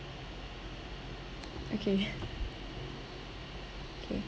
okay okay